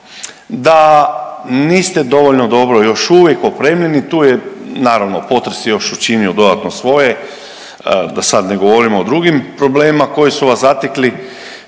da niste dovoljno dobro još uvijek opremljeni. Tu je naravno potres je još učinio dodatno svoje, da sad ne govorimo o drugim problemima koji su vas zatekli.